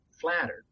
flattered